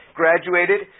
graduated